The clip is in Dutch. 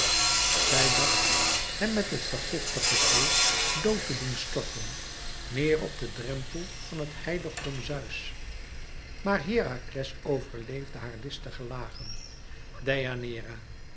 zij dacht hem met het vergiftigde kleed dood te doen storten neêr op den drempel van het heiligdom zeus maar herakles overleefde haar listige lagen